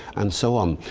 and so on.